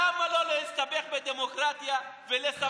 למה לו להסתבך בדמוקרטיה ולסבך את השיח הדמוקרטי?